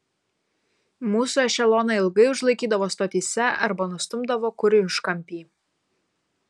mūsų ešeloną ilgai užlaikydavo stotyse arba nustumdavo kur į užkampį